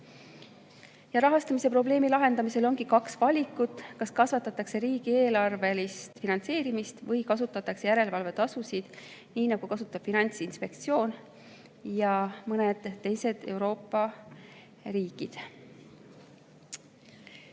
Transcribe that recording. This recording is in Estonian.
Ja rahastamisprobleemi lahendamisel ongi kaks valikut, kas kasvatatakse riigieelarvelist finantseerimist või kasutatakse järelevalvetasusid, nii nagu kasutab Finantsinspektsioon ja kasutavad mõned teised Euroopa riigid.